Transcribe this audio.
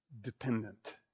dependent